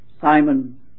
Simon